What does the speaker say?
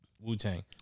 Wu-Tang